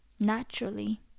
naturally